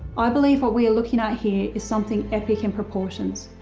i believe what we are looking at here is something epic in proportions.